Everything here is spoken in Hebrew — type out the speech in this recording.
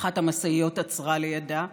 אחת המשאיות עצרה לידה.